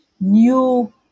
new